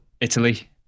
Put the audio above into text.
Italy